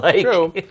True